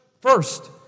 first